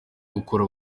gukura